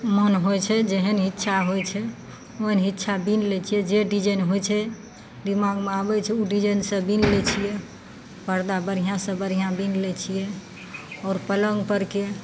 मोन होइ छै जेहन इच्छा होइ छै ओहेन इच्छा बीन लै छियै जे डिजाइन होइ छै दिमागमे आबय छै उ डिजाइनसँ बिन लै छियै पर्दा बढ़िआँ सँ बढ़िआँ बिन लै छियै आओर पलङ्ग परके